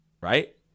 right